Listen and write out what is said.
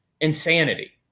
insanity